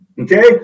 Okay